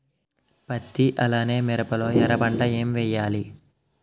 పత్తి అలానే మిరప లో ఎర పంట ఏం వేయాలి?